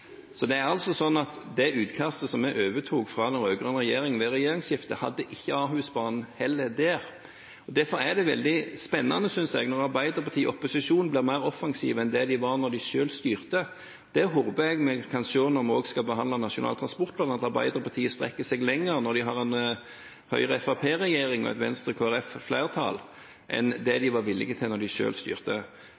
Det utkastet som vi overtok fra den rød-grønne regjeringen ved regjeringsskiftet, hadde heller ikke Ahusbanen inne. Derfor synes jeg det er veldig spennende når Arbeiderpartiet i opposisjon blir mer offensiv enn det de var da de selv styrte. Det håper jeg vi også kan se når vi skal behandle Nasjonal transportplan, at Arbeiderpartiet strekker seg lenger når de har en Høyre–Fremskrittsparti-regjering og et Venstre–Kristelig Folkeparti-flertall, enn det de